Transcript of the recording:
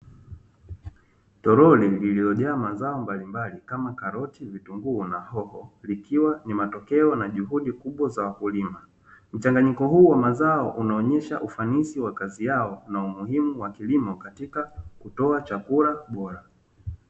Toroli lililojaa mazao mbalimbali kama karoti, vitunguu na hohoo ikiwa ni matokeo na juhudi kubwa za wakulima. Mchanganyiko huu wa mazao unaonyesha ufanisi wa kazi yao na umuhimu wa kilimo katika kutoa chakula bora.